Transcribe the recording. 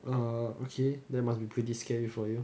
err okay that must be pretty scary for you